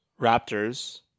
Raptors